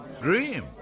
Dream